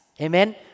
Amen